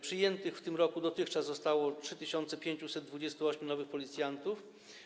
Przyjętych w tym roku dotychczas zostało 3528 nowych policjantów.